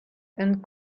and